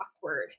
awkward